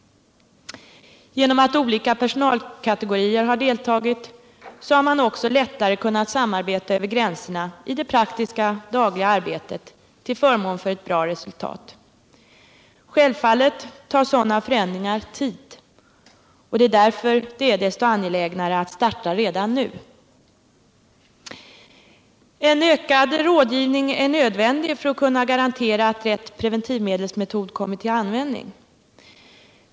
Genom att olika personalkategorier har deltagit har man också lättare kunnat samarbeta över gränserna i det praktiska dagliga arbetet till förmån för ett bra resultat. Självfallet tar sådana förändringar tid, och det är därför som det är desto angelägnare att starta redan nu. En ökad rådgivning är nödvändig för att kunna garantera att rätt preventivmedelsmetod kommer till användning.